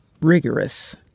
rigorous